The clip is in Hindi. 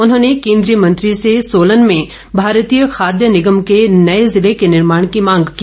उन्होंने केन्द्रीय मंत्री से सोलन में भारतीय खाद्य निगम के नए जिले के निर्माण की मांग की